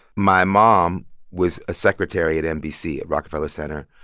my mom was a secretary at nbc at rockefeller center.